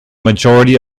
majority